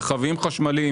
רכבים חשמליים.